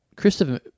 Christopher